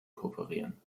kooperieren